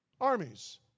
Armies